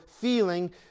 feeling